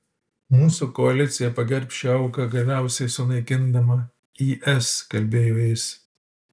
mūsų koalicija pagerbs šią auką galiausiai sunaikindama is kalbėjo jis